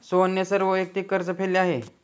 सोहनने सर्व वैयक्तिक कर्ज फेडले आहे